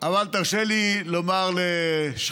אבל תרשה לי לומר לשכנך,